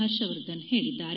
ಪರ್ಷವರ್ಧನ್ ಹೇಳಿದ್ದಾರೆ